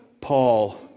Paul